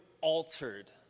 altered